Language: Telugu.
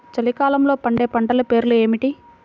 చలికాలంలో పండే పంటల పేర్లు ఏమిటీ?